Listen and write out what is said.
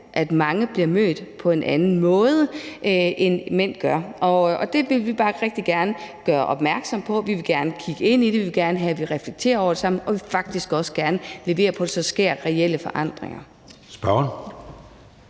at mange bliver mødt på en anden måde, end mænd gør, og det vil vi bare rigtig gerne gøre opmærksom på. Vi vil gerne kigge ind i det, vi vil gerne have, at vi reflekterer over det sammen, og vi vil faktisk også gerne levere på, at der så sker reelle forandringer. Kl.